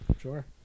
sure